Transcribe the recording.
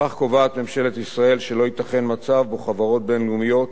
בכך קובעת ממשלת ישראל שלא ייתכן מצב שבו חברות בין-לאומיות